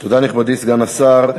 תודה, נכבדי סגן השר.